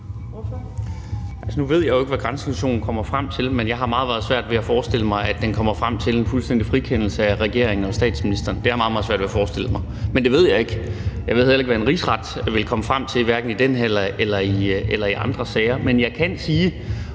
(V): Nu ved jeg jo ikke, hvad granskningskommissionen kommer frem til, men jeg har meget, meget svært ved at forestille sig, at den kommer frem til en fuldstændig frikendelse af regeringen og statsministeren. Det har jeg meget, meget svært ved at forestille mig, men det ved jeg ikke. Jeg ved heller ikke, hvad en rigsret vil komme frem til, hverken i den her eller i andre sager, men jeg kan sige